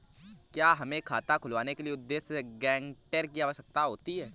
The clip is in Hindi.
क्या हमें खाता खुलवाने के उद्देश्य से गैरेंटर की आवश्यकता होती है?